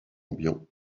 ambiant